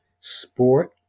sport